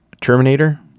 Terminator